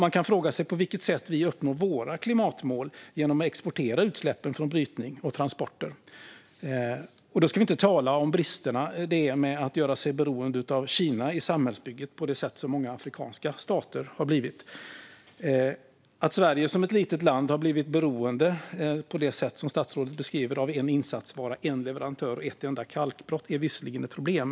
Man kan fråga sig på vilket sätt vi uppnår våra klimatmål genom att exportera utsläppen från brytning och transporter, för att inte tala om bristerna det innebär att göra sig beroende av Kina i samhällsbygget på det sätt som många afrikanska stater blivit. Att Sverige som ett litet land har blivit beroende på det sätt som statsrådet beskriver av en insatsvara, en leverantör och ett enda kalkbrott är visserligen ett problem.